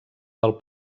del